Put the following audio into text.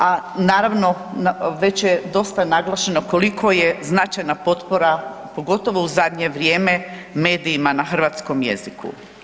A naravno, već je dosta naglašeno koliko je značajna potpora, pogotovo u zadnje vrijeme, medijima na hrvatskom jeziku.